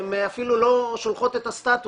הן אפילו לא שולחות את הסטטוס,